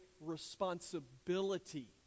responsibility